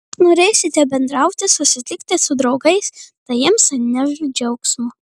norėsite bendrauti susitikti su draugais tai jums atneš džiaugsmo